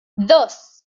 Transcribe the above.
dos